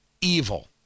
evil